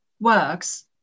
works